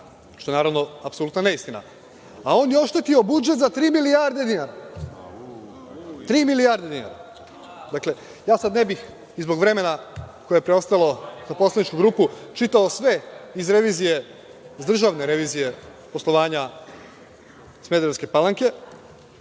što je naravno apsolutna neistina, a on je oštetio budžet za tri milijarde dinara. Dakle, ja sad ne bih, zbog vremena koje je preostalo poslaničkoj grupi, čitao sve iz državne revizije poslovanja Smederevske Palanke,